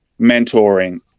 mentoring